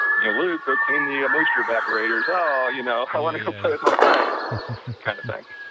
you know, luke, go clean the moisture vaporators, oh, you know, i want to go play with my friends kind of